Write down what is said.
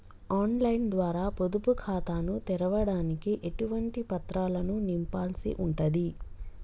On line ద్వారా పొదుపు ఖాతాను తెరవడానికి ఎటువంటి పత్రాలను నింపాల్సి ఉంటది?